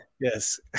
Yes